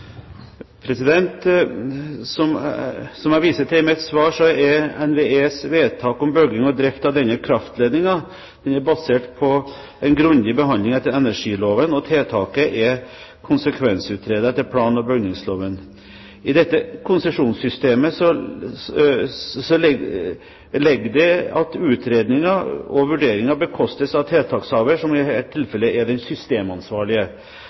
Som jeg viser til i mitt svar, er NVEs vedtak om bygging og drift av denne kraftledningen basert på en grundig behandling etter energiloven, og tiltaket er konsekvensutredet etter plan- og bygningsloven. I dette konsesjonssystemet ligger det at utredninger og vurderinger bekostes av tiltakshaver, som i dette tilfellet er den systemansvarlige.